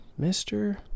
Mr